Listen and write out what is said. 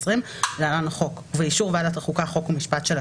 התש"ף-2020 (להלן החוק) ובאישור ועדת החוקה חוק ומשפט של הכנסת,